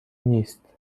نیست